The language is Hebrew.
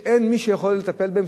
שאין מי שיכול לטפל בהם,